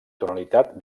tonalitat